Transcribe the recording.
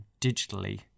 digitally